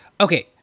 okay